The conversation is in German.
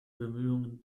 bemühungen